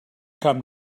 come